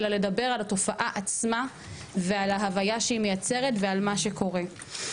אלא לדבר על התופעה עצמה ועל ההוויה שהיא מייצרת ועל מה שקורה.